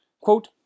Quote